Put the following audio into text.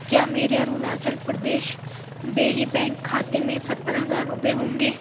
کیا میرے اروناچل پردیش دیہی بینک کھاتے میں ستر ہزار روپے ہوں گے